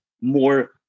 more